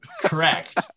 Correct